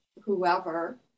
whoever